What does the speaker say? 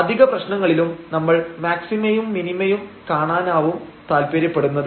അധികപ്രശ്നങ്ങളിലും നമ്മൾ മാക്സിമയും മിനിമയും കാണാനാവും താൽപര്യപ്പെടുന്നത്